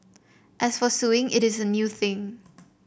as for suing it is a new thing